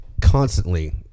constantly